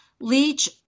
Leach